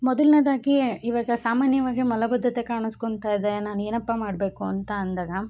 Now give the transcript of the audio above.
ಮೊದಲನೇದಾಗಿ ಇವಾಗ ಸಾಮಾನ್ಯವಾಗಿ ಮಲಬದ್ಧತೆ ಕಾಣಿಸ್ಕೊಂತಯಿದೆ ನಾನು ಏನಪ್ಪ ಮಾಡಬೇಕು ಅಂತ ಅಂದಾಗ